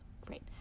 Great